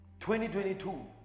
2022